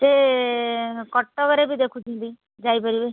ସେ କଟକରେ ବି ଦେଖୁଛନ୍ତି ଯାଇପାରିବେ